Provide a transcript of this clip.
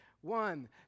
one